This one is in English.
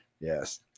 yes